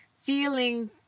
feeling